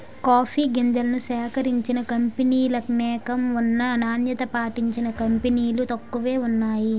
coffee గింజల్ని సేకరించిన కంపినీలనేకం ఉన్నా నాణ్యత పాటించిన కంపినీలు తక్కువే వున్నాయి